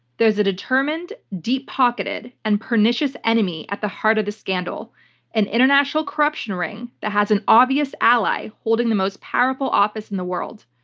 there's a determined, deep-pocketed, and pernicious enemy at the heart of the scandal-an and international corruption ring that has an obvious ally holding the most powerful office in the world.